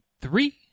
three